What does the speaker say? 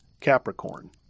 Capricorn